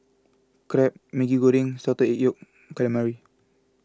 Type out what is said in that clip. Crab Maggi Goreng Salted Yolk Calamari